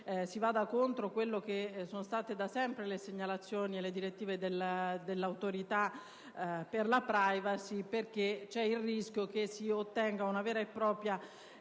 si vada contro quelle che sono state da sempre le segnalazioni e le direttive del Garante per la *privacy*, perché c'è il rischio che si ottenga una vera e propria